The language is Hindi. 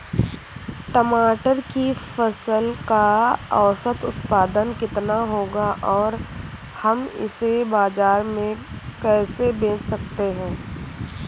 टमाटर की फसल का औसत उत्पादन कितना होगा और हम इसे बाजार में कैसे बेच सकते हैं?